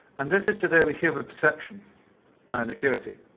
and this is to do with human perception and acuity.